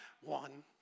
One